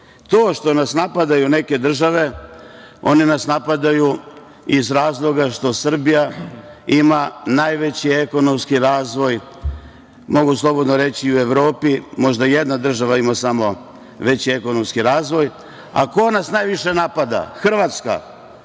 što nas napadaju neke države, one nas napadaju iz razloga što Srbija ima najveći ekonomski razvoj, mogu slobodno reći i u Evropi, možda jedna država ima samo veći ekonomski razvoj. Ko nas najviše napada? Hrvatska.